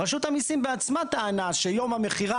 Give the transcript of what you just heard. רשות המיסים בעצמה טענה שיום המכירה